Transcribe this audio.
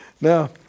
Now